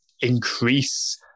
increase